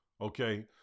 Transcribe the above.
okay